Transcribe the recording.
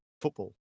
football